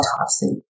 autopsy